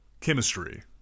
chemistry